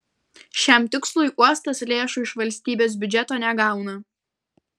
šiam tikslui uostas lėšų iš valstybės biudžeto negauna